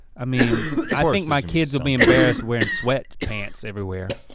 i mean i think my kids will be embarrassed wearing sweat pants everywhere.